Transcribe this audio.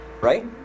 Right